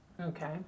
Okay